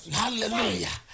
hallelujah